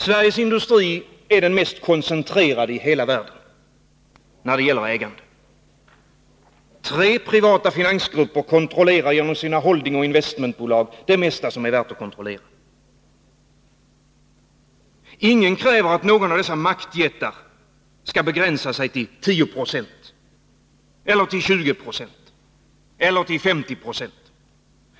Sveriges industri är den mest koncentrerade i hela världen när det gäller ägande. Tre privata finansgrupper kontrollerar genom sina holdingoch Nr 176 investmentbolag det mesta som är värt att kontrollera. Ingen kräver att någon av dessa maktjättar skall begränsa sig till 10 96 — eller 20 eller 50 96.